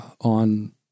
on